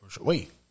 Wait